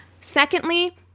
Secondly